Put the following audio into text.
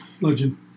legend